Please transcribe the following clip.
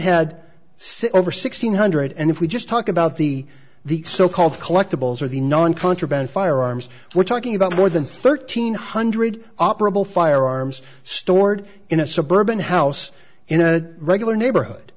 say over six hundred and if we just talk about the the so called collectibles or the non contraband firearms we're talking about more than thirteen hundred operable firearms stored in a suburban house in a regular neighborhood